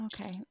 Okay